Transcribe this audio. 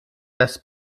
das